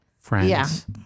friends